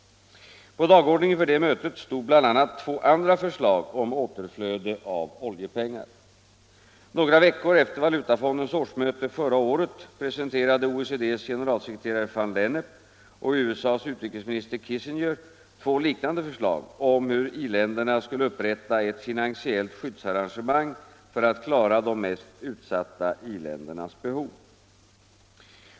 På dagordningen för detta möte stod bl.a. två andra förslag om återflöde av oljepengar. Några veckor efter valutafondens årsmöte förra året presenterade OECD:s generalsekreterare van Lennep och USA:s utrikesminister Kissinger två liknande förslag om hur i-länderna skulle upprätta ett finansiellt skyddsarrangemang för att klara de mest utsatta i-ländernas behov.